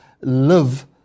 live